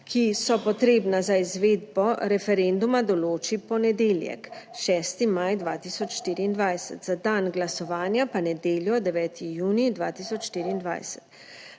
ki so potrebna za izvedbo referenduma, določi v ponedeljek, 6. maj 2024, za dan glasovanja pa nedeljo 9. junij 2024.